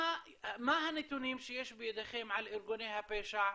מה הנתונים שיש בידיכם על ארגוני הפשע,